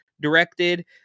directed